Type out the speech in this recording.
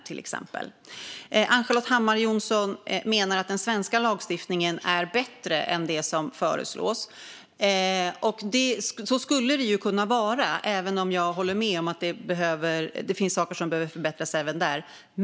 Subsidiaritetsprövning av kommissionens för-slag till direktiv om tillbörlig aktsamhet för företag i fråga om hållbarhet Ann-Charlotte Hammar Johnsson menar att den svenska lagstiftningen är bättre än det som föreslås. Så skulle det kunna vara, även om jag håller med om att det finns saker som behöver förbättras även där.